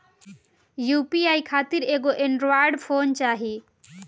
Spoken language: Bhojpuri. यू.पी.आई खातिर एगो एड्रायड फोन चाही